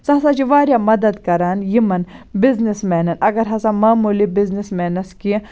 سُہ ہَسا چھُ واریاہ مَدَد کَران یِمَن بِزنٮ۪س مینَن اگر ہَسا معمولی بِزنٮ۪س مینَس کینٛہہ